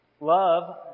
Love